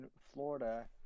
Florida